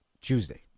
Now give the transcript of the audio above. Tuesday